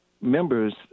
members